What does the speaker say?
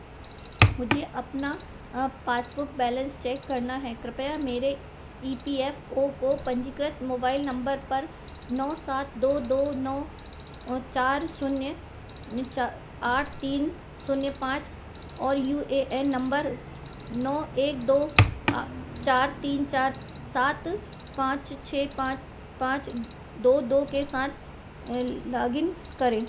मुझे अपना passbook balance check करना है कृपया मेरे ई पी एफ ओ को पंजीकृत मोबाइल नंबर पर नौ सात दो दो नौ औ चार शून्य में च आठ तीन शून्य पाँच और यू ए ए नंबर नौ एक दो चार तीन चार सात पाँच छः पाँच पाँच दो दो के साथ लॉगइन करें